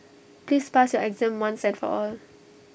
please pass your exam once and for all